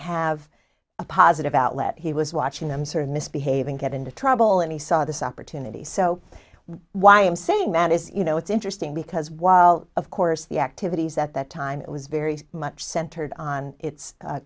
have a positive outlet he was watching them sort of misbehaving get into trouble and he saw this opportunity so why i'm saying that is you know it's interesting because while of course the activities at that time it was very much centered on its